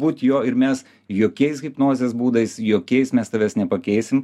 būt juo ir mes jokiais hipnozės būdais jokiais mes tavęs nepakeisim